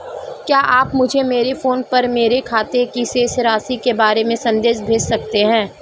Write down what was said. क्या आप मुझे मेरे फ़ोन पर मेरे खाते की शेष राशि के बारे में संदेश भेज सकते हैं?